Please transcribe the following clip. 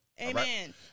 Amen